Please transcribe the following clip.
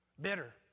Bitter